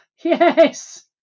yes